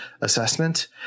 assessment